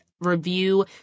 review